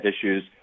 issues